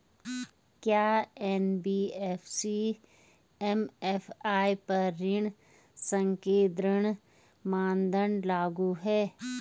क्या NBFC MFI पर ऋण संकेन्द्रण मानदंड लागू हैं?